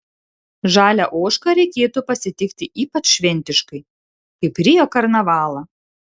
žalią ožką reikėtų pasitikti ypač šventiškai kaip rio karnavalą